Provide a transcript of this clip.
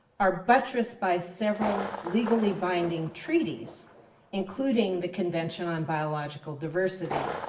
are buttressed by several legally binding treaties including the convention on biological diversity.